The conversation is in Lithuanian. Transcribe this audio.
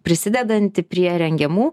prisidedanti prie rengiamų